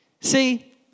See